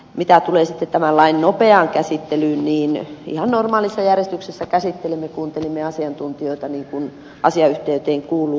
mitä tulee sitten tämän lain nopeaan käsittelyyn niin ihan normaalissa järjestyksessä käsittelimme tämän kuuntelimme asiantuntijoita niin kuin asiayhteyteen kuuluu